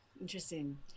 interesting